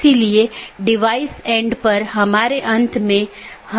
इसलिए आज हम BGP प्रोटोकॉल की मूल विशेषताओं पर चर्चा करेंगे